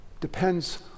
depends